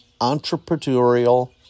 entrepreneurial